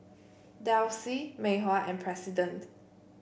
Delsey Mei Hua and President